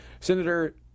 Senator